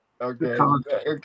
okay